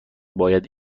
باید